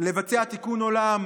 לבצע תיקון עולם